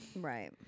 right